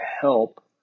help